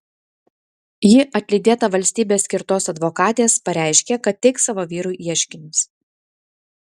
ji atlydėta valstybės skirtos advokatės pareiškė kad teiks savo vyrui ieškinius